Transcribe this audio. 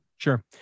Sure